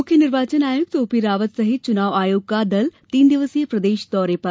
मुख्य निर्वाचन आयुक्त ओपी रावत सहित चुनाव आयोग का दल तीन दिवसीय प्रदेश दौरे पर